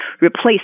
replace